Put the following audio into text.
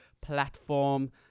platform